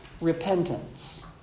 repentance